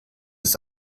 ist